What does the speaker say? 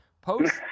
post